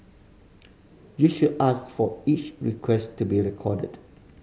you should ask for each request to be recorded